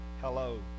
Hello